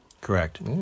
Correct